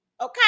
Okay